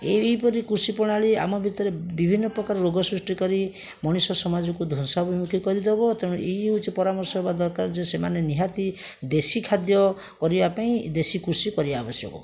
ଏହିପରି କୃଷିପ୍ରଣାଳୀ ଆମ ଭିତରେ ବିଭିନ୍ନପ୍ରକାର ରୋଗ ସୃଷ୍ଟିକରି ମଣିଷ ସମାଜକୁ ଧ୍ୱଂସ ଅଭିମୁଖେ କରିଦେବ ତେଣୁ ଏହି ହେଉଛି ପରାମର୍ଶ ହେବା ଦରକାର ଯେ ସେମାନେ ନିହାତି ଦେଶୀ ଖାଦ୍ୟ କରିବାପାଇଁ ଦେଶୀ କୃଷି କରିବା ଆବଶ୍ୟକ